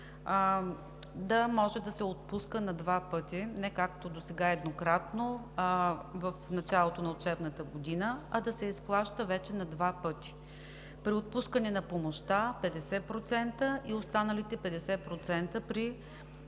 да може да се отпуска на два пъти, не както досега – еднократно, в началото на учебната година, а вече да се изплаща на два пъти. При отпускане на помощта – 50%, останалите 50% –